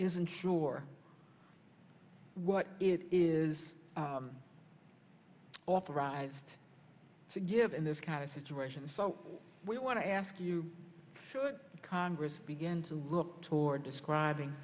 isn't sure what it is authorized to give in this kind of situation so we want to ask you should congress begin to look toward describing